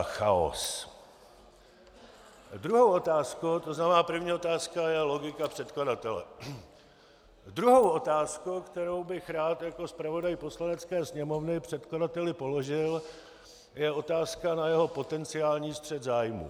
Druhou otázkou to znamená, první otázka je logika předkladatele, druhou otázkou, kterou bych rád jako zpravodaj Poslanecké sněmovny předkladateli položil, je otázka na jeho potenciální střet zájmů.